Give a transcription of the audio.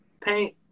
Paint